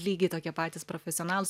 lygiai tokie patys profesionalūs